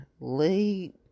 late